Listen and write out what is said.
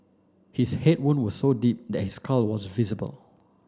his head wounds were so deep that his skull was visible